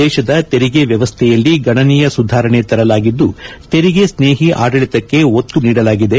ದೇಶದ ತೆರಿಗೆ ವ್ಯವಸ್ವೆಯಲ್ಲಿ ಗಣನೀಯ ಸುಧಾರಣೆ ತರಲಾಗಿದ್ದು ತೆರಿಗೆ ಸ್ನೇಹಿ ಆಡಳಿತಕ್ಕೆ ಒತ್ತು ನೀಡಲಾಗಿದೆ